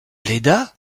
léda